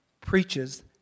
preaches